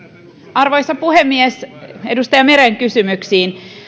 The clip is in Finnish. arvoisa puhemies edustaja meren kysymyksiin